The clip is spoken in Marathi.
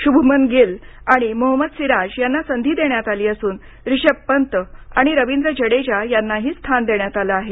शुभमन गिल आणि मोहम्मद सिराज यांना संधी देण्यात आली असून ऋषभ पंत आणि रवींद्र जडेजा यांनाही स्थान देण्यात आलं आहे